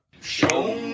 Show